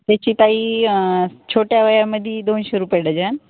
त्याची ताई छोट्या वह्यामध्ये दोनशे रुपये डजन